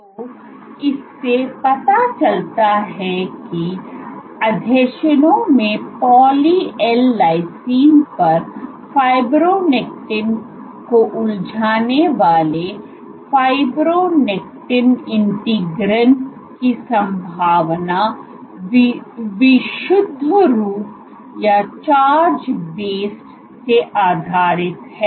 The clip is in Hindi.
इसलिए इससे पता चलता है कि आसंजन में पॉली एल लिसिन पर फाइब्रोनेक्टिन को उलझाने वाले फाइब्रोनेक्टिन इंटीग्रिंन की संभावना विशुद्ध रूप से आधारित है